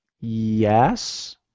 Yes